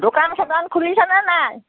দোকান চোকান খুলিছা নে নাই